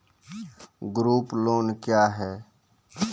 Group loan क्या है?